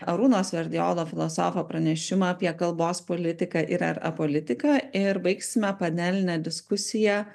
arūno sverdiolo filosofo pranešimą apie kalbos politiką ir ar apolitiką ir baigsime panelinę diskusiją